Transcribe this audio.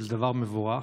וזה דבר מבורך,